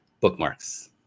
Bookmarks